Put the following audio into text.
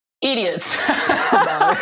idiots